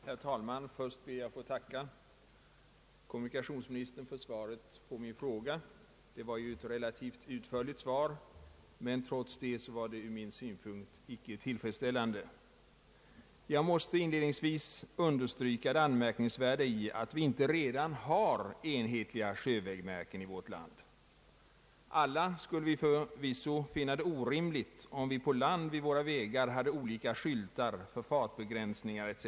Herr talman! Först ber jag att få tacka kommunikationsministern för svaret på min fråga. Det var ju ett relativt utförligt svar, men trots det var det ur min synpunkt icke tillfredsställande. Jag måste inledningsvis understryka det anmärkningsvärda i att vi inte redan har enhetliga sjövägmärken i vårt land. Alla skulle förvisso finna det orimligt, om vi på land vid våra vägar hade olika skyltar för fartbegränsningar etc.